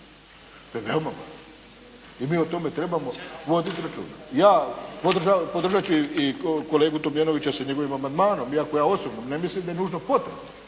ne razumije./… i mi o tome trebamo voditi računa. Ja podržat ću i kolegu Tomljanovića sa njegovim amandmanom iako ja osobno ne mislim da je nužno potrebno